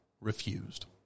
refused